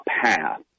path